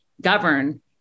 govern